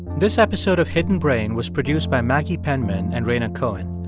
this episode of hidden brain was produced by maggie penman and rhaina cohen.